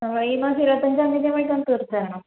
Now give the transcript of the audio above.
ഈ മാസം ഇരുപത്തി അഞ്ചാം തീയതിയാകുമ്പോഴേക്കും ഒന്നു തീർത്തുതരണം